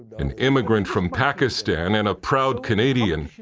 an immigrant from pakistan and a proud canadian,